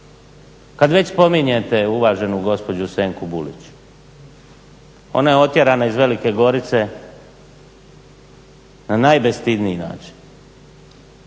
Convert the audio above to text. Kad već spominjete uvaženu gospođu Senku Bulić, ona je otjerana iz Velike Gorice na najbestidniji način.